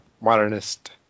modernist